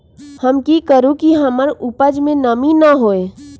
हम की करू की हमर उपज में नमी न होए?